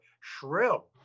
shrill